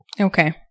Okay